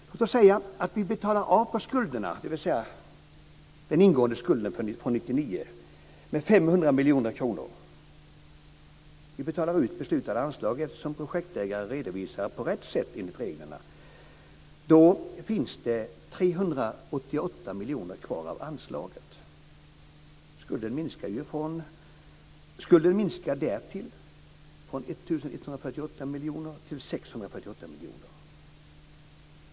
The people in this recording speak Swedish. Låt oss säga att vi betalar av på skulderna, på den ingående skulden för 1999, med 500 miljoner kronor. Vi betalar ut det beslutade anslaget som projektägaren redovisar på rätt sätt enligt reglerna. Då finns det 388 miljoner kronor kvar av anslaget. Skulden minskar ju från 1 138 miljoner kronor till 648 miljoner kronor.